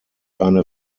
eine